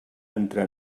entre